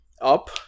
up